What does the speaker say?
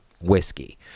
whiskey